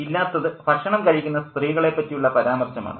ഇല്ലാത്തത് ഭക്ഷണം കഴിക്കുന്ന സ്ത്രീകളെ പറ്റിയുള്ള പരാമർശമാണ്